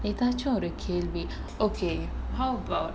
எதாச்சும் ஒரு கேள்வி:ethachum oru kaelvi okay how about